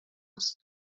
است